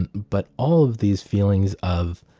and but all of these feelings of,